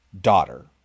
daughter